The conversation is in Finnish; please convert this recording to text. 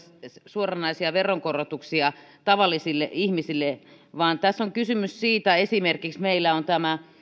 suoranaisia veronkorotuksia tavallisille ihmisille vaan tässä on kysymys esimerkiksi siitä mikä meillä on että